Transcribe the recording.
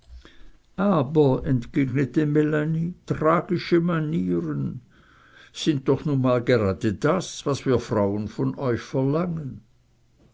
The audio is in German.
aber entgegnete melanie tragische manieren sind doch nun mal gerade das was wir frauen von euch verlangen